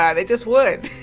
and it just would.